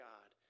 God